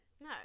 No